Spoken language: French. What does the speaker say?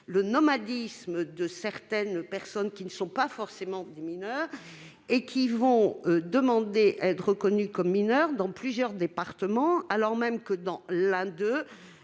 le nomadisme de certaines personnes qui ne sont pas forcément mineures, mais vont demander à être reconnues comme telles dans plusieurs départements, alors même que leur